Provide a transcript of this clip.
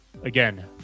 Again